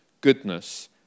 goodness